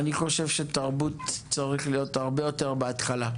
בפעם הבאה אני חושב שמשרד התרבות צריך להיות הרבה יותר בהתחלה.